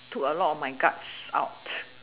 took a lot of my guts out